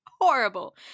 horrible